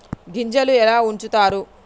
గింజలు ఎలా ఉంచుతారు?